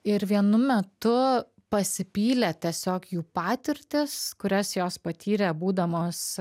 ir vienu metu pasipylė tiesiog jų patirtys kurias jos patyrė būdamos